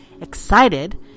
Excited